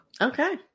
Okay